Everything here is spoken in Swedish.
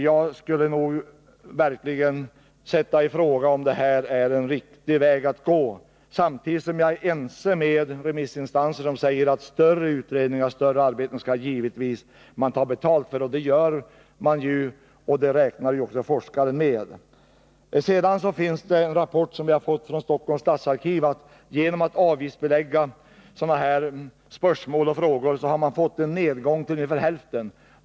Jag ifrågasätter om detta är en riktig väg att gå. Samtidigt är jag överens med remissinstanserna om att man givetvis skall ta betalt för större arbeten. Det gör man redan, och det räknar också forskare med. En rapport från Stockholms stadsarkiv visar att man genom att avgiftsbelägga svaren på förfrågningar har fått en nedgång med över hälften.